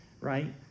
Right